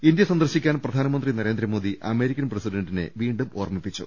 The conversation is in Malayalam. ഇന്ത്യ സന്ദർശിക്കാൻ പ്രധാനമന്ത്രി നരേന്ദ്ര മോദി അമേരിക്കൻ പ്രസിഡന്റിനെ വീണ്ടും ഓർമ്മിപ്പിച്ചു